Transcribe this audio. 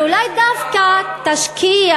ואולי דווקא תשקיע